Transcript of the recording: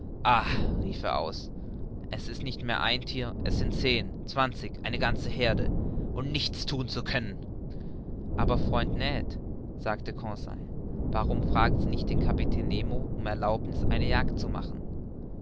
rief er aus es ist nicht mehr ein thier es sind zehn zwanzig eine ganze heerde und nichts thun zu können aber freund ned sagte conseil warum fragen sie nicht den kapitän nemo um erlaubniß eine jagd zu machen